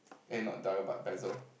eh not dire but Pezzo